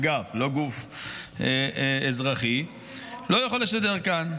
אגב, לא גוף אזרחי, לא יכול לשדר כאן.